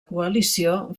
coalició